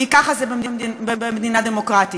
כי ככה זה במדינה דמוקרטית.